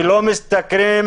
שלא משתכרים